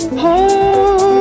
hold